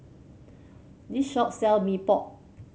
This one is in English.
this shop sell Mee Pok